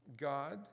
God